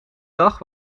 dag